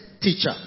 teacher